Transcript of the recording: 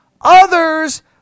others